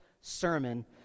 sermon